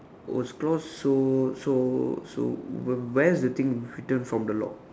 was cause so so so so where is the thing written from the lock